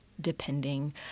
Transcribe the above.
depending